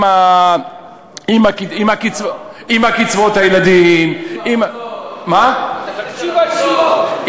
עם קצבאות הילדים, עם תקציב הישיבות.